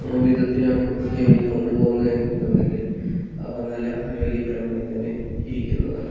വിധത്തിലാണ് അവയെ കൊണ്ടുപോകുന്നതെന്നുണ്ടെങ്കിൽ അവ നല്ല ആരോഗ്യപരമായി തന്നെ ഇരിക്കുന്നതാണ്